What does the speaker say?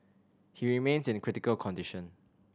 he remains in critical condition